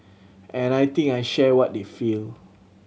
and I think I share what they feel